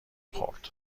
خورد